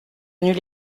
venues